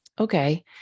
okay